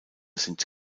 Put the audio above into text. sind